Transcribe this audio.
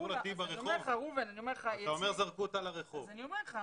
אז אני אומר לך,